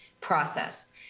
process